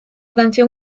canción